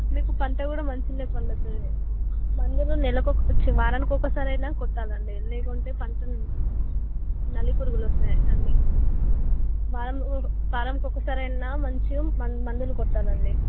మీకు పంట కూడా మంచిగానే పండుతుంది మందులు నెలకి ఒక చీ వారానికి ఒకసారైనా కొట్టాలండి లేకుంటే పంట నల్లి పురుగులొస్తాయి అన్నీ వారం వారంకి ఒకసారైనా మంచి మన్ మందులు కొట్టాలండి